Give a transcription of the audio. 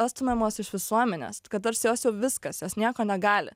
atstumiamos iš visuomenės kad tarsi jos jau viskas jos nieko negali